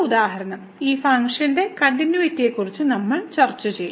അടുത്ത ഉദാഹരണം ഈ ഫംഗ്ഷന്റെ കണ്ടിന്യൂയിറ്റിയെക്കുറിച്ച് നമ്മൾ ചർച്ച ചെയ്യും